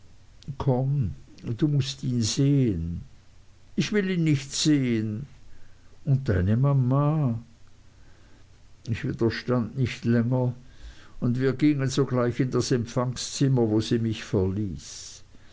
komm du mußt ihn sehen ich will ihn nicht sehen und deine mama ich widerstand nicht länger und wir gingen sogleich in das empfangszimmer wo sie mich verließ